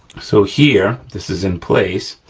so, here, this is in place.